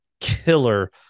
killer